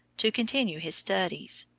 to continue his studies.